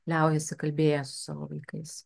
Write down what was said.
liaujasi kalbėję su savo vaikais